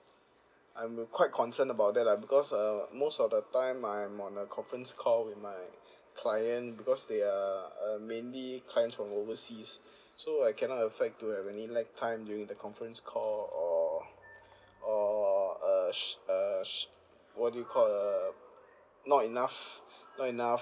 I'm quite concerned about that lah because uh most of the time I'm on a conference call with my client because they are uh mainly clients from overseas so I cannot affect to have any lag time during the conference call or or a sh~ a sh~ what do you call uh not enough not enough